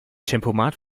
tempomat